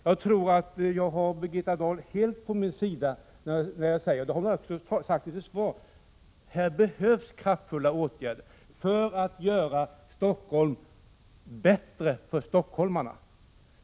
Jag tror att jag har Birgitta Dahl helt på min sida när jag säger att här behövs kraftfulla åtgärder — det har hon också sagt i sitt svar — för att göra Stockholm bättre för stockholmarna.